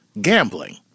gambling